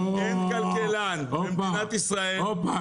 אין כלכלן במדינת ישראל --- הופה,